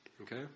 Okay